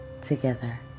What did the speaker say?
Together